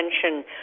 attention